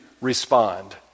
respond